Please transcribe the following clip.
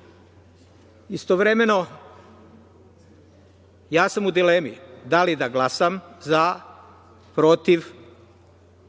godinu. Istovremeno, ja sam u dilemi da li da glasam za, protiv